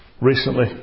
recently